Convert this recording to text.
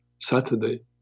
Saturday